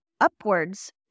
upwards